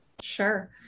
Sure